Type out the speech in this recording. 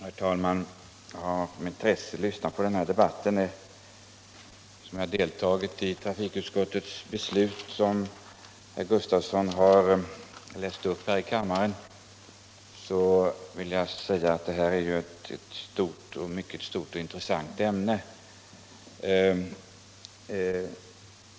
Herr talman! Jag har med intresse lyssnat till den här debatten. Jag har deltagit i trafikutskottets beslut, som herr Sven Gustafson i Göteborg läst upp här i kammaren, och jag anser att det här är ett mycket stort och intressant ämne.